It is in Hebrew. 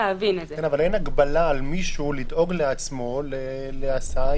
אין הגבלה למישהו לדאוג לעצמו להסעה,